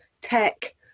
tech